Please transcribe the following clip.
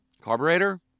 Carburetor